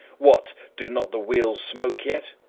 what! do not the wheels smoke yet?